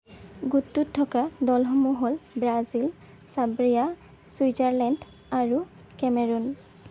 গোটটোত থকা দলসমূহ হ'ল ব্ৰাজিল ছাৰ্বিয়া ছুইজাৰলেণ্ড আৰু কেমেৰুন